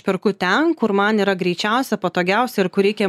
perku ten kur man yra greičiausia patogiausia ir kur reikia